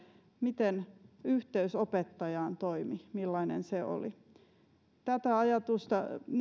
miten yhteys opettajaan toimi millainen se oli